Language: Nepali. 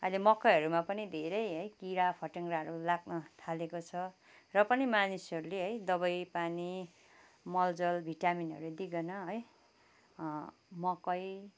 अहिले मकैहरूमा पनि धेरै है किरा फट्याङ्ग्राहरू लाग्न थालेको छ र पनि मानिसहरूले है दवाई पानी मलजल भिटामिनहरू दिइकन है मकै